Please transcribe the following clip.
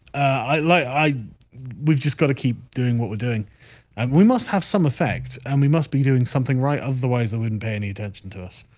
i like i we've just got to keep doing what we're doing and we must have some effects and we must be doing something right otherwise that wouldn't pay any attention to us.